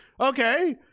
okay